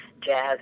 jazz